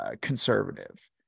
conservative